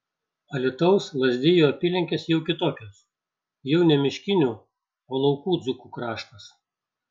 alytaus lazdijų apylinkės jau kitokios jau ne miškinių o laukų dzūkų kraštas